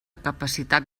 capacitat